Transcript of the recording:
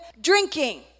drinking